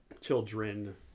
Children